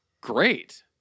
great